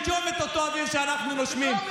אסור לנשום את אותו אוויר שאנחנו נושמים.